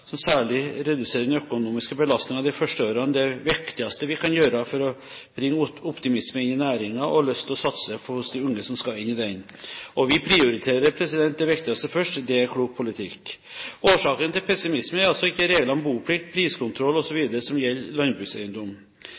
særlig reduserer den økonomiske belastningen de første årene, det viktigste vi kan bidra med for å bringe optimisme inn i næringen og lyst til å satse hos de unge som skal inn i den. Vi prioriterer det viktigste først. Det er klok politikk. Årsaken til pessimisme er altså ikke regler om boplikt, priskontroll osv. som gjelder landbrukseiendom.